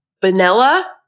vanilla